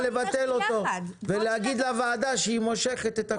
לבטל אותה ולהגיד לוועדה שהיא מושכת את הצעת החוק לדיון מחדש.